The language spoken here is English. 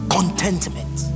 Contentment